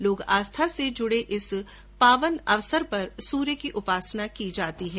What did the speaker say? लोग आस्था से जुडे इस पावन अवसर पर सूर्य की उपासना की जाती है